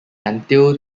until